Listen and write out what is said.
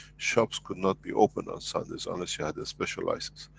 shops could not be opened on sundays unless you had a special license.